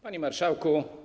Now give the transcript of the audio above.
Panie Marszałku!